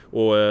och